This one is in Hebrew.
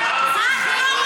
האדמה שלנו,